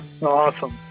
Awesome